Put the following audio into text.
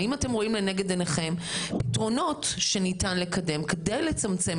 האם אתם רואים לנגד עיניכם פתרונות שניתן לקדם כדי לצמצם